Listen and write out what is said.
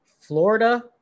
Florida